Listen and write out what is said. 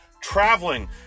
Traveling